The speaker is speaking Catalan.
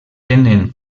tenen